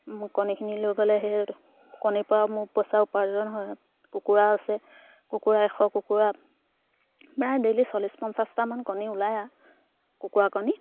মোক কণীখিনি লৈ গ'লে সেই কণীৰ পৰা মোৰ পইচা উপাৰ্জন হয় কুকুৰা আছে কুকুৰা এশ কুকুৰা প্ৰায় ডেইলি চল্লিছ পঞ্চাছটামান কণী ওলায় আৰু কুকুৰা কণী